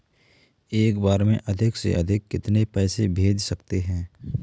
एक बार में अधिक से अधिक कितने पैसे भेज सकते हैं?